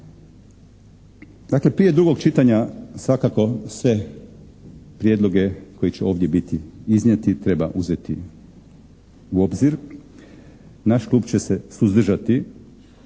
Dakle prije drugog čitanja svakako sve prijedloge koji će ovdje biti iznijeti treba uzeti u obzir. Naš klub će se suzdržati